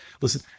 Listen